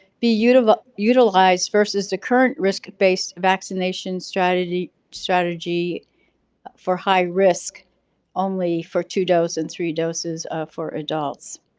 be utilized utilized versus the current risk based vaccination strategy strategy for high risk only, for two dose and three doses ah for adults.